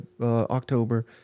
October